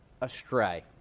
astray